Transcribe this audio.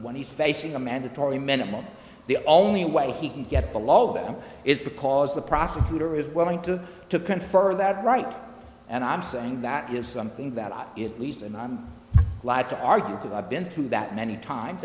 when he's facing a mandatory minimum the only way he can get below them is because the prosecutor is willing to to confer that right and i'm saying that is something that i it least and i'm glad to argue that i've been through that many times